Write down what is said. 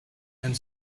and